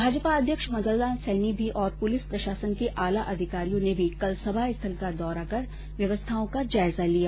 भाजपा अध्यक्ष मदन लाल सैनी और पुलिस प्रषांसन के आला अधिकारियों ने भी कल सभा स्थल का दौरा कर व्यवस्थाओं का जायजा लिया